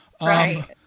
Right